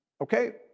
Okay